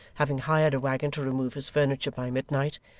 having hired a waggon to remove his furniture by midnight,